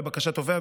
לבקשת תובע,